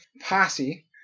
posse